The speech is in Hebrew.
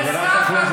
חברת הכנסת מאי גולן.